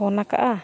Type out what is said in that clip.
phone ᱟᱠᱟᱜᱼᱟ